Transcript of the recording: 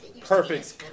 Perfect